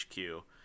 hq